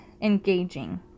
engaging